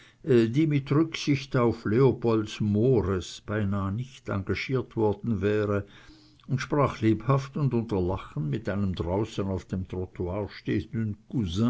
die mit rücksicht auf leopolds mores beinahe nicht engagiert worden wäre und sprach lebhaft und unter lachen mit einem draußen auf dem